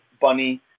bunny